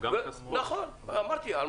קיבלנו החלטה מקצועית.